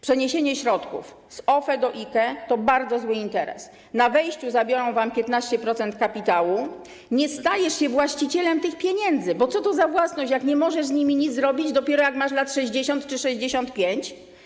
Przeniesienie środków z OFE do IKE to bardzo zły interes - na wejściu zabiorą wam 15% kapitału, nie stajesz się właścicielem tych pieniędzy, bo co to za własność, jeśli nie możesz z nimi nic zrobić, dopiero jak masz lat 60 czy 65.